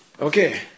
Okay